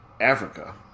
Africa